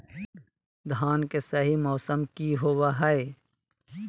धान के सही मौसम की होवय हैय?